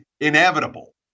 inevitable